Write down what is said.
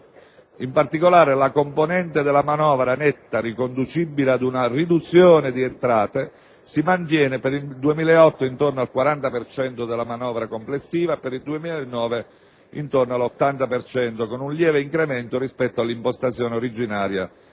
In particolare, la componente della manovra netta riconducibile ad una riduzione di entrate si mantiene per il 2008 intorno al 40 per cento della manovra complessiva, e per il 2009 al di sopra dell'80 per cento, con un lieve incremento rispetto all'impostazione originaria